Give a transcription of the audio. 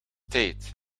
tijd